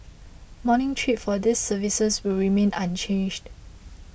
morning trips for these services will remain unchanged